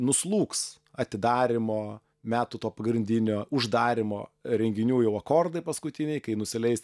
nuslūgs atidarymo metų to pagrindinio uždarymo renginių jau akordai paskutiniai kai nusileis